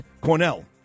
Cornell